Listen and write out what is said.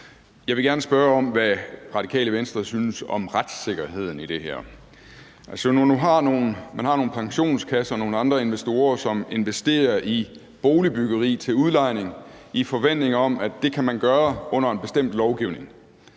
Jeg vil gerne spørge, hvad Radikale Venstre synes om retssikkerheden i det her. Man har nogle pensionskasser og nogle andre investorer, som investerer i boligbyggeri til udlejning i forventning om, at de kan gøre det under en bestemt lovgivning